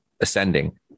Ascending